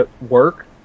work